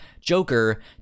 Joker